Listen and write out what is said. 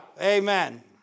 amen